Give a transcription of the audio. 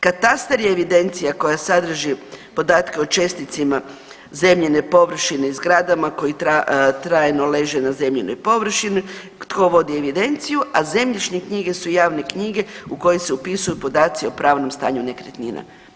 Katastar je evidencija koja sadrži podatke o česticama zemljine površine i zgradama koje trajno leže na zemljinoj površini, tko vodi evidenciju, a zemljišne knjige su javne knjige u koje se upisuju podaci o pravnom stanju nekretnina.